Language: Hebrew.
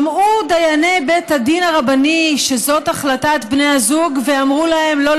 שמעו דייני בית הדין הרבני שזאת החלטת בני הזוג ואמרו להם: לא,